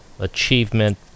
achievement